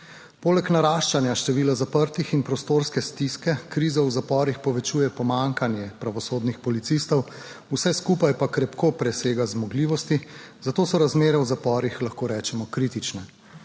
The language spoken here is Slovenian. Poleg naraščanja števila zaprtih in prostorske stiske krizo v zaporih povečuje pomanjkanje pravosodnih policistov, vse skupaj pa krepko presega zmogljivosti, zato so razmere v zaporih, lahko rečemo, kritične.